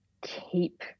keep